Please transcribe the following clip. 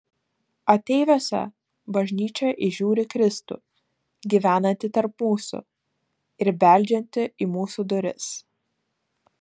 ateiviuose bažnyčia įžiūri kristų gyvenantį tarp mūsų ir beldžiantį į mūsų duris